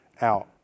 out